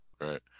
Right